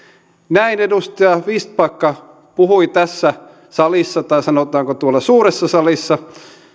näin edustaja vistbacka puhui tässä salissa tai sanotaanko tuolla suuressa salissa